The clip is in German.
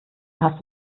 hast